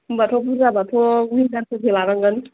होम्बाथ' बुरजाबाथ' विंगारफोरसो लानांगोन